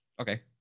Okay